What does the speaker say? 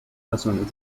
razones